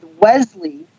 Wesley